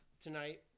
tonight